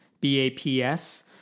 B-A-P-S